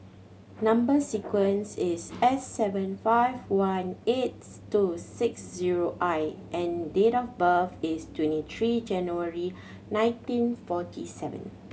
number sequence is S seven five one eights two six zero I and date of birth is twenty three January nineteen forty seven